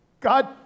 God